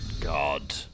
God